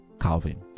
Calvin